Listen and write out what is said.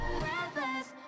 breathless